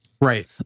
right